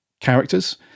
characters